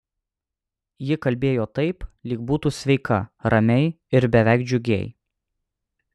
ji kalbėjo taip lyg būtų sveika ramiai ir beveik džiugiai